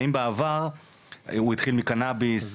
האם בעבר הוא התחיל מקנאביס,